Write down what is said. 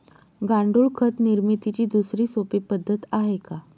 गांडूळ खत निर्मितीची दुसरी सोपी पद्धत आहे का?